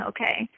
okay